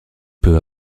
peu